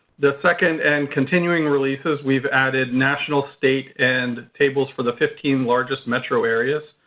the second and continuing releases we've added national, state, and tables for the fifteen largest metro areas.